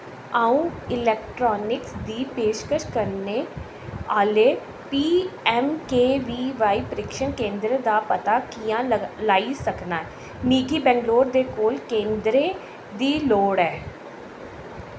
आऊं इलेक्ट्रानिक्स दी पेशकश करने आह्ले P M K V Y प्रशिक्षण केंदरें दा पता कि'यां लाई सकनां मिगी बैंगलोर दे कोल केंदरें दी लोड़ ऐ